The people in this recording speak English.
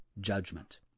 judgment